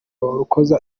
rucogoza